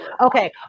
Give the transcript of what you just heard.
Okay